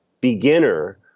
beginner